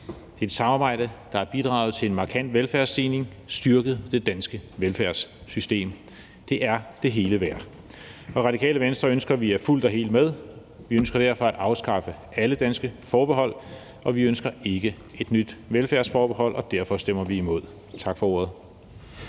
Det er et samarbejde, der har bidraget til en markant velfærdsstigning og styrket det danske velfærdssystem. Det er det hele værd. Radikale Venstre ønsker, at vi er fuldt og helt med. Vi ønsker derfor at afskaffe alle danske forbehold, og vi ønsker ikke et nyt velfærdsforbehold, og derfor stemmer vi imod. Tak for ordet.